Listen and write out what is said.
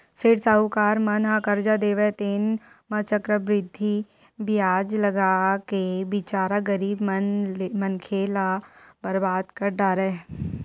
सेठ साहूकार मन ह करजा देवय तेन म चक्रबृद्धि बियाज लगाके बिचारा गरीब मनखे ल बरबाद कर डारय